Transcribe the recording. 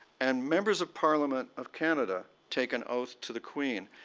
and members of parliament of canada take an oath to the queen.